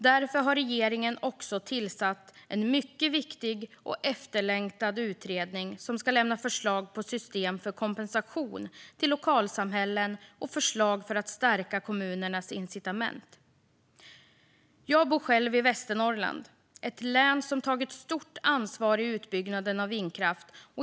Därför har regeringen också tillsatt en mycket viktig och efterlängtad utredning som ska lämna förslag på system för kompensation till lokalsamhällen och förslag för att stärka kommunernas incitament. Jag bor själv i Västernorrland, ett län som tagit stort ansvar i utbyggnaden av vindkraft.